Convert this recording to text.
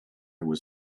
was